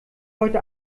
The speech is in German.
heute